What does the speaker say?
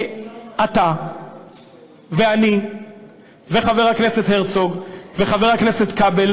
אתה ואני וחבר הכנסת הרצוג וחבר הכנסת כבל,